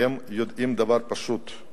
כי הם יודעים דבר פשוט: